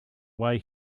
way